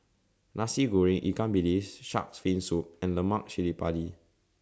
Nasi Goreng Ikan Bilis Shark's Fin Soup and Lemak Cili Padi